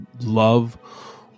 love